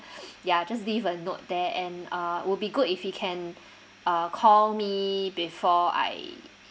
ya just leave a note there and uh will be good if he can uh call me before I